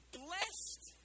blessed